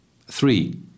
Three